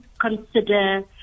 consider